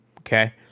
okay